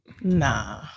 Nah